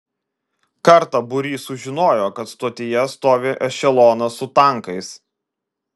kartą būrys sužinojo kad stotyje stovi ešelonas su tankais